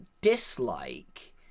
dislike